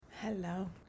Hello